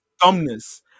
dumbness